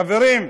חברים,